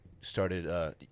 started –